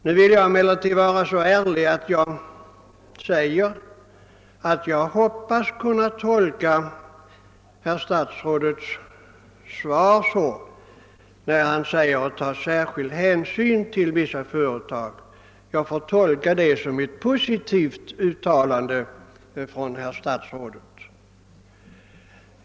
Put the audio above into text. Nu vill jag emellertid vara så ärlig att jag säger, att jag hoppas kunna tolka herr statsrådets svar, när han säger att det skall tas särskild hänsyn till vissa företag, som ett positivt uttalande.